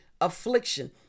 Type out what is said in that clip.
affliction